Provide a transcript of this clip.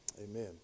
amen